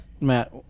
Matt